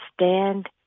stand